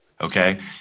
Okay